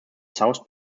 south